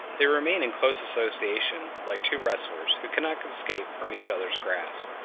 they remain in close association like two wrestlers who cannot escape from each other's grasp.